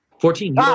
Fourteen